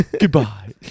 Goodbye